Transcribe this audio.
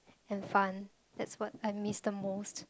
and fun that's what I miss the most